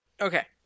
Okay